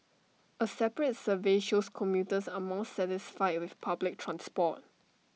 A separate survey shows commuters are more satisfied with public transport